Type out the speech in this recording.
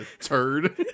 turd